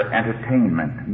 entertainment